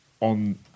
on